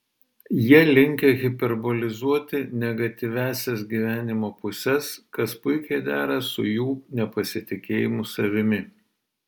jie linkę hiperbolizuoti negatyviąsias gyvenimo puses kas puikiai dera su jų nepasitikėjimu savimi